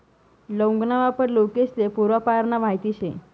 लौंग ना वापर लोकेस्ले पूर्वापारना माहित शे